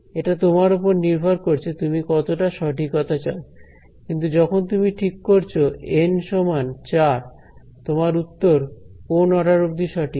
এটা তোমার উপর নির্ভর করছে তুমি কতটা সঠিকতা চাও কিন্তু যখন তুমি ঠিক করছো এন সমান চার তোমার উত্তর কোন অর্ডার অব্দি সঠিক